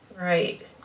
Right